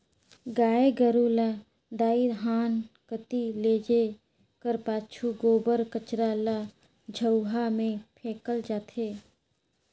गाय गरू ल दईहान कती लेइजे कर पाछू गोबर कचरा ल झउहा मे फेकल जाथे